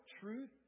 truth